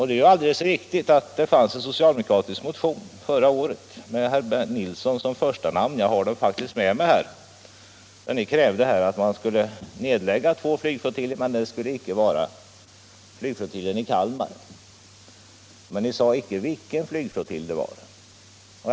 Det är alldeles riktigt att det fanns en socialdemokratisk motion förra året med herr Nilsson i Kalmar som första namn — jag har den med mig här. I den motionen krävde ni att två flygflottiljer skulle nedläggas, dock icke flygflottiljen i Kalmar. Men ni sade icke vilken flygflottilj som skulle läggas ned i stället för F 12.